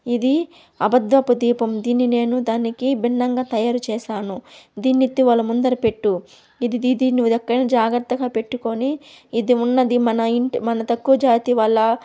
ఇది అబద్దపు దీపం దీన్ని నేను దానికి భిన్నంగా తయారు చేశాను దీన్నెత్తి వాళ్ళ ముందర పెట్టు ఇది దీ దీన్ని ఎక్కడనా జాగ్రత్తగా పెట్టుకుని ఇది ఉన్నది మన ఇంటి మన తక్కువ జాతి వాళ్ళ